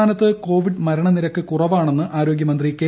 സംസ്ഥാനത്ത് കോവിഡ് മരണനിരക്ക് കുറവാണെന്ന് ആരോഗൃമന്ത്രി കെ